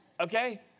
Okay